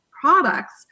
products